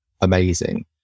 amazing